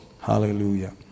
Hallelujah